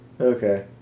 Okay